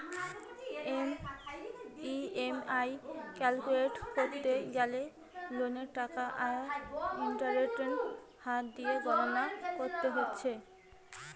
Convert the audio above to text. EMI calculate কোরতে গ্যালে লোনের টাকা আর ইন্টারেস্টের হার দিয়ে গণনা কোরতে হচ্ছে